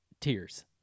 tears